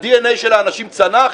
ה-DNA של האנשים צנח?